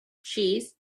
cheese